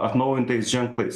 atnaujintais ženklais